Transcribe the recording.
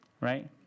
Right